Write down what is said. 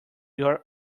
your